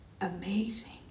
amazing